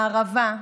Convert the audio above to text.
בערבה,